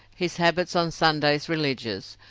his habits on sundays religious,